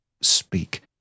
Speak